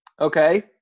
okay